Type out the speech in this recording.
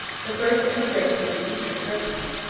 the first emigration of the eastern turkmans,